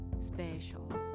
special